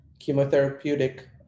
chemotherapeutic